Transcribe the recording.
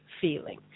feeling